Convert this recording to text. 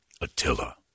Attila